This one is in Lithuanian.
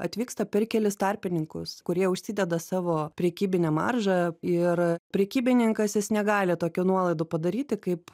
atvyksta per kelis tarpininkus kurie užsideda savo prekybinę maržą ir prekybininkas jis negali tokių nuolaidų padaryti kaip